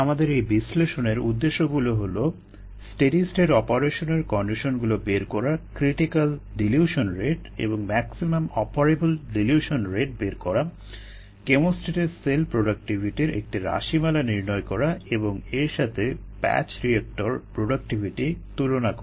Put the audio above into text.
আমাদের এই বিশ্লেষণের উদ্দেশ্যগুলো হলো স্টেডি স্টেট অপারেশনের কন্ডিশনগুলো বের করা ক্রিটিকাল ডিলিউশন রেট একটি রাশিমালা নির্ণয় করা এবং এর সাথে ব্যাচ বায়োরিয়েক্টর প্রোডাক্টিভিটির তুলনা করা